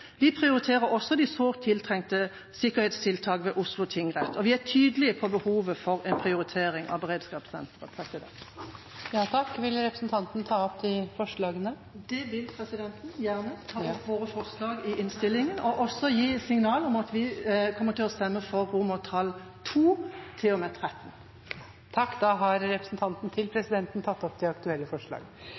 Vi prioriterer også de sårt tiltrengte sikkerhetstiltakene ved Oslo tingrett, og vi er tydelige på behovet for en prioritering av beredskapssenteret. Jeg vil til slutt ta opp våre forslag i innstillinga og vil også gi signal om at vi kommer til å stemme for II–XIII. Representanten Kari Henriksen har tatt opp de